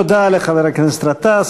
תודה לחבר הכנסת גטאס.